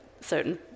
certain